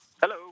Hello